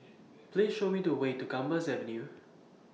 Please Show Me The Way to Gambas Avenue